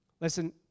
Listen